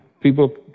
people